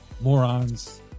Morons